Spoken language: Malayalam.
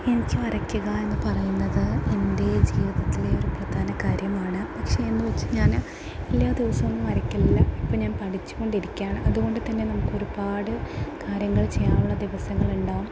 എനിക്ക് വരക്കുക എന്ന് പറയുന്നത് എൻ്റെ ജീവിതത്തിലെ ഒരു പ്രധാന കാര്യമാണ് പക്ഷേ എന്നു വെച്ച് ഞാൻ എല്ലാ ദിവസവും ഒന്നും വരക്കലില്ല ഇപ്പം ഞാൻ പഠിച്ച് കൊണ്ടിരിക്കുകയാണ് അതുകൊണ്ട് തന്നെ നമുക്കൊരുപാട് കാര്യങ്ങൾ ചെയ്യാനുള്ള ദിവസങ്ങളുണ്ടാകും